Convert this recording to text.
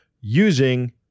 using